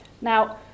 Now